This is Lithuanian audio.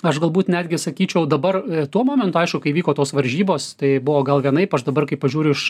aš galbūt netgi sakyčiau dabar tuo momentu aišku kai vyko tos varžybos tai buvo gal vienaip aš dabar kai pažiūriu iš